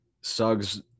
Suggs